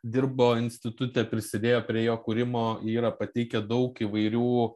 dirbo institute prisidėjo prie jo kūrimo yra pateikę daug įvairių